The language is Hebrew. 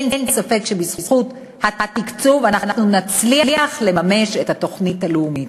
אין ספק שבזכות התקצוב אנחנו נצליח לממש את התוכנית הלאומית.